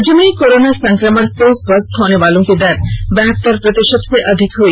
राज्य में कोरोना संकमण से स्वस्थ होने वालों की दर बहत्तर प्रति त से अधिक हुई